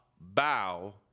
bow